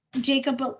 Jacob